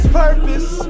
purpose